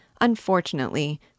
Unfortunately